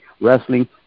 wrestling